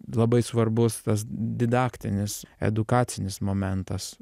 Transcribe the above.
labai svarbus tas didaktinis edukacinis momentas